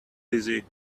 dizzy